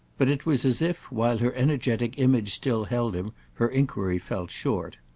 but it was as if, while her energetic image still held him, her enquiry fell short.